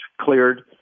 cleared